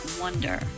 Wonder